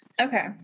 Okay